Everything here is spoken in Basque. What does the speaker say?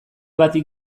bati